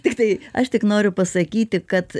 tiktai aš tik noriu pasakyti kad